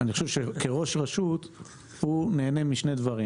כראש רשות הוא נהנה משני דברים.